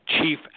chief